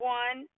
one